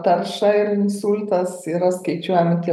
tarša ir insultas yra skaičiuojami tie